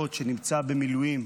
דוד שנמצא במילואים.